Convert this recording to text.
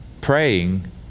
Praying